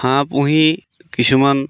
হাঁহ পুহি কিছুমান